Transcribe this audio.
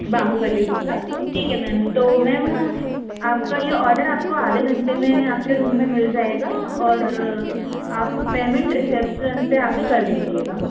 बाहुबली डोसा ठीक है मैम तो मैम आप का ये ऑर्डर आप को आधे घंटे में आप के रूम में मिल जाएगा और आप पैमेंट रिसेपसन पर आ के कर धीजिएगा